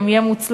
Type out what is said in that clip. גם יהיה מוצלח,